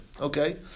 okay